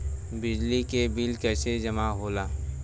बिजली के बिल कैसे जमा होला?